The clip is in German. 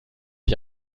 ich